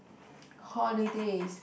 holidays